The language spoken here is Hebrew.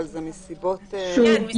אבל זה מסיבות --- כן,